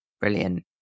Brilliant